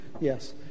Yes